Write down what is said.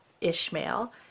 Ishmael